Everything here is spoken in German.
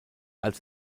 als